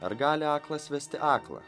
ar gali aklas vesti aklą